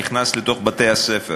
נכנס לתוך בתי-הספר,